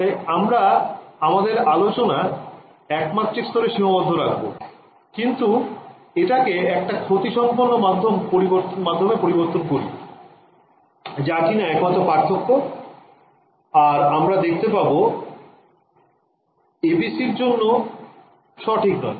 তাই আমরা আমাদের আলোচনা একমাত্রিক স্তরে সীমাবদ্ধ রাখবো কিন্তু এটাকে একটা ক্ষতি সম্পন্ন মাধ্যমে পরিবর্তন করি যা কিনা একমাত্র পার্থক্য আর আমরা দেখতে পাবো ABC এর জন্য সঠিক নয়